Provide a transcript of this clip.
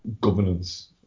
governance